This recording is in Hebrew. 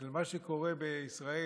בקשר למה שקורה בישראל,